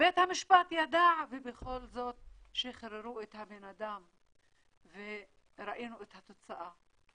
בית המשפט ידע ובכל זאת שחררו את הבן אדם וראינו את התוצאה.